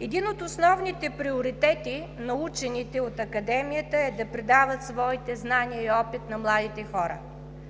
Един от основните приоритети на учените от Академията е да предават своите знания и опит на младите хора.